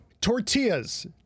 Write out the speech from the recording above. tortillas